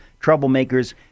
troublemakers